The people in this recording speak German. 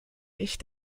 ich